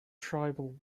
tribal